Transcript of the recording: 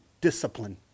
discipline